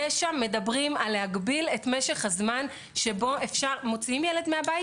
מדברים על הגבלת משך הזמן שבו מוציאים ילד מהבית,